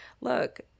Look